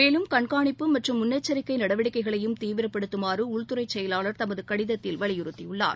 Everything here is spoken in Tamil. மேலும் கண்காணிப்பு மற்றும் முன்னெச்சரிக்கை நடவடிக்கைகளையும் தீவிரப்படுத்துமாறு உள்துறைச் செயலாளர் தமது கடிதத்தில் வலியுறுத்தியுள்ளார்